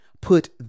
put